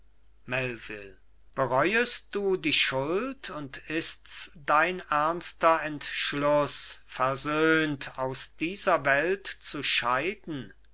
bereuest du die schuld und ist's dein ernster entschluß versöhnt aus dieser welt zu scheiden